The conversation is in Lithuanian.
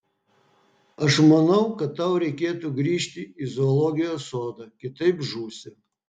aš manau kad tau reikėtų grįžti į zoologijos sodą kitaip žūsi